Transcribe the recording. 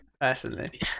personally